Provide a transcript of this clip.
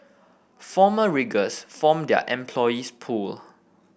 former riggers form their employees pool